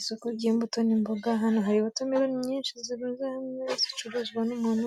Isoko ry'imbuto n'imboga hano hari wotameroni nyinshi zirunze hamwe zicuruzwa n'umuntu,